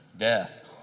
death